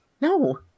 No